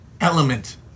element